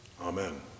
Amen